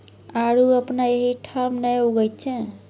आड़ू अपना एहिठाम नहि उगैत छै